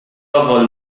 all